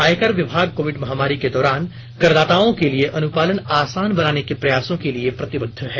आय कर विभाग कोविड महामारी के दौरान करदाताओं के लिए अनुपालन आसान बनाने के प्रयासों के लिए प्रतिबद्ध है